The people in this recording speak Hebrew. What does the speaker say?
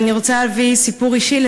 ואני רוצה להביא סיפור אישי.